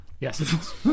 yes